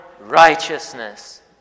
righteousness